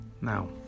now